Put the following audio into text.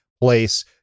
place